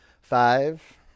Five